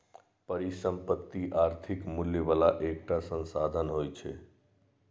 परिसंपत्ति आर्थिक मूल्य बला एकटा संसाधन होइ छै